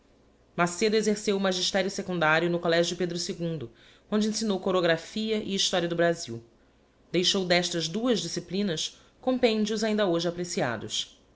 macedo exerceu o magistério secundário no collegio pedro i onde ensinou chorographia e historia do brasil deixou destas duas disciplinas compêndios ainda hoje apreciados